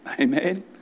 Amen